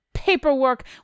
paperwork